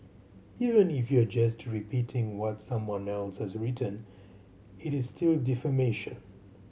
even if you are just repeating what someone else has written it is still defamation